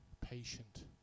patient